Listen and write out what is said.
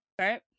right